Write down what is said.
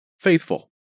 faithful